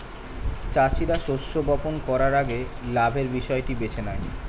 চাষীরা শস্য বপন করার আগে লাভের বিষয়টি বেছে নেয়